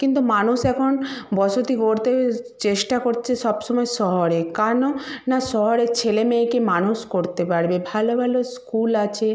কিন্তু মানুষ এখন বসতি গড়তে চেষ্টা করছে সব সময় শহরে কেন না শহরে ছেলে মেয়েকে মানুষ করতে পারবে ভালো ভালো স্কুল আছে